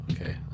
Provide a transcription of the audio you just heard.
Okay